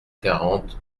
quarante